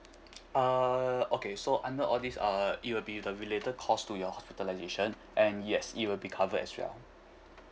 uh okay so under all this uh it will be the related cost to your hospitalisation and yes it will be covered as well